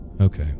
Okay